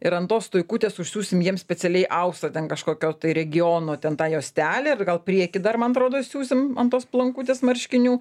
ir ant tos tojkutės užsiūsim jiems specialiai austą ten kažkokio tai regiono ten tą juostelę ir gal prieky dar man atrodo siųsim ant tos plankutės marškinių